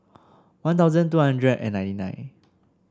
One Thousand two hundred and ninety nine